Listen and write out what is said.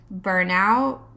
Burnout